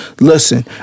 Listen